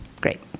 Great